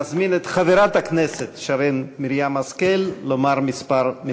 אני מזמין את חברת הכנסת שרן מרים השכל לומר מילים מספר.